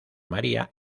maría